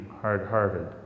hard-hearted